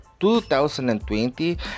2020